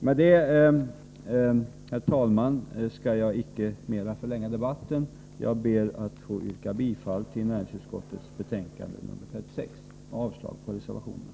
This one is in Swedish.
Jag skall, herr talman, icke förlänga debatten mer, utan ber att få yrka bifall till hemställan i näringsutskottets betänkande 36 och avslag på reservationerna.